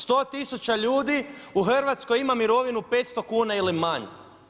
10000 ljudi u Hrvatskoj ima mirovinu 500 kuna ili manje.